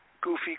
goofy